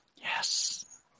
Yes